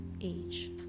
age